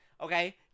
okay